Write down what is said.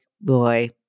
boy